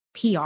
PR